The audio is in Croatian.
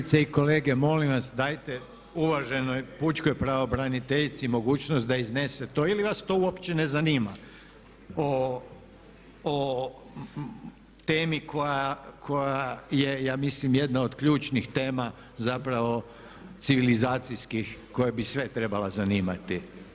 Kolegice i kolege, molim vas dajte uvaženoj pučkoj pravobraniteljici mogućnost da iznese to ili vas to uopće ne zanima o temi koja je ja mislim od ključnih tema zapravo civilizacijskih koja bi sve trebala zanimati.